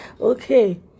Okay